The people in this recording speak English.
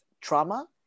trauma